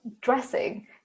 dressing